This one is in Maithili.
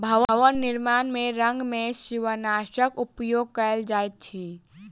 भवन निर्माण में रंग में शिवालनाशक उपयोग कयल जाइत अछि